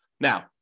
Now